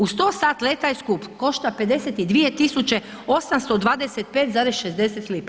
Uz to sat leta je skup, košta 52 tisuće 825,60.